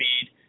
speed